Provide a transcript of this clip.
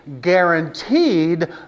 guaranteed